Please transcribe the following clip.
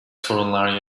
sorunlar